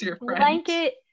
blanket